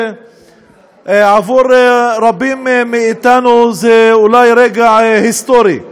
עבור רבים מאתנו זה אולי רגע היסטורי.